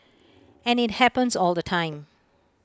and IT happens all the time